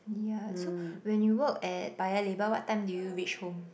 yeah so when you work at Paya-Lebar what time do you reach home